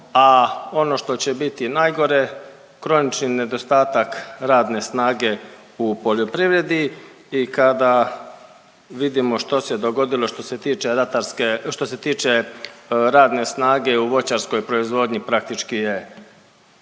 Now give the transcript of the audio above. a ono što će biti najgore kronični nedostatak radne snage u poljoprivredi i kada vidimo što se dogodilo što se tiče ratarske, što se tiče radne snage u voćarskoj proizvodnji, praktički je